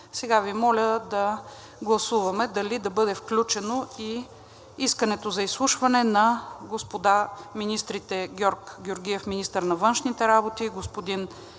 Сега Ви моля да гласуваме дали да бъде включено и искането за изслушване на господа министрите Георг Георгиев – министър на външните работи, господин